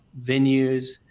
venues